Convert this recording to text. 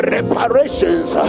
Reparations